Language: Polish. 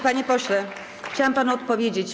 Panie pośle, chciałam panu odpowiedzieć.